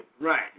Right